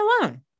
alone